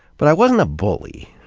but i wasn't a bully.